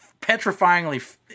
petrifyingly